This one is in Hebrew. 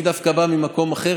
אני דווקא בא ממקום אחר,